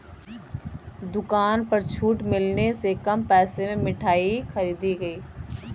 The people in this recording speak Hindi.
दुकान पर छूट मिलने से कम पैसे में मिठाई खरीदी गई